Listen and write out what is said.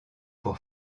pour